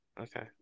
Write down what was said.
Okay